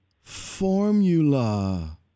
formula